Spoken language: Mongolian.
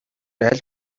аль